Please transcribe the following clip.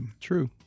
true